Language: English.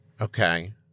Okay